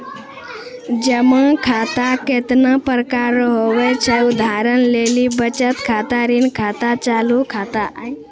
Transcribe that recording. जमा खाता कतैने प्रकार रो हुवै छै उदाहरण लेली बचत खाता ऋण खाता चालू खाता